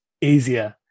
easier